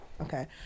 Okay